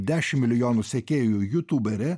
dešim milijonų sekėjų jutuberė